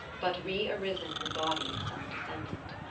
but re-arisen in the body of some descendant.